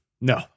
No